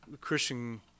Christian